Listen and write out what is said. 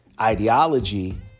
ideology